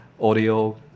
audio